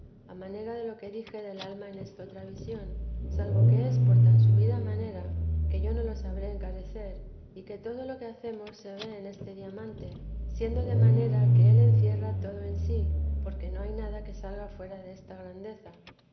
a manera de lo que dije del alma en estotra visión salvo que es por tan vida de la santa madre subida manera que yo no lo sabré encarecer y que todo lo que hacemos se ve en este diamante siendo de manera que él encierra todo en sí porque no hay nada que salga fuera desta grandeza